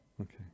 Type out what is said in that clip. Okay